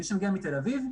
מי שמגיע מתל אביב,